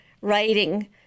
writing